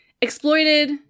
exploited